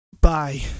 Bye